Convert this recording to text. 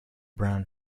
brown